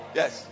yes